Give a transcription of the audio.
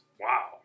Wow